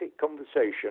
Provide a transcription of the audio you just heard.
conversation